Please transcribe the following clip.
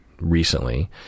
recently